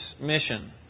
mission